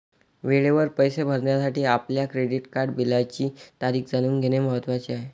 वेळेवर पैसे भरण्यासाठी आपल्या क्रेडिट कार्ड बिलाची तारीख जाणून घेणे महत्वाचे आहे